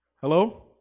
Hello